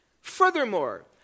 Furthermore